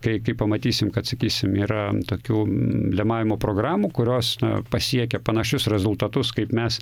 kai kai pamatysim kad sakysim yra tokių lemavimo programų kurios pasiekia panašius rezultatus kaip mes